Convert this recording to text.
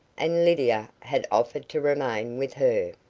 and lydia had offered to remain with her.